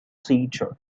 teacher